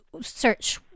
search